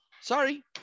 sorry